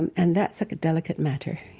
and and that's like a delicate matter.